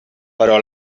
però